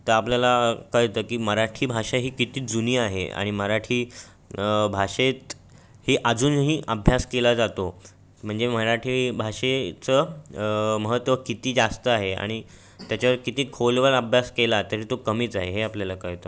तर आपल्याला कळतं की मराठी भाषा ही किती जुनी आहे आणि मराठी भाषेतही अजूनही अभ्यास केला जातो म्हणजे मराठी भाषेचं महत्व किती जास्त आहे आणि त्याच्यावर किती खोलवर अभ्यास केला तरी तो कमीच आहे हे आपल्याला कळतं